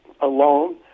alone